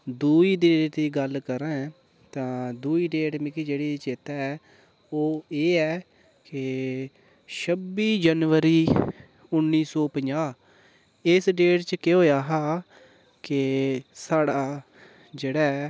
दुई डेट दी गल्ल करां ऐ तां दूई डेट मिगी जेह्ड़ी चेता ऐ ओह् एह् ऐ के छब्बी जनबरी उन्नी सौ पंजाह् इस डेट च केह् होएआ हा के स्हाड़ा जेह्ड़ा ऐ